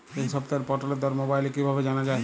এই সপ্তাহের পটলের দর মোবাইলে কিভাবে জানা যায়?